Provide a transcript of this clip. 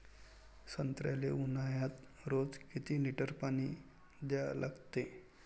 संत्र्याले ऊन्हाळ्यात रोज किती लीटर पानी द्या लागते?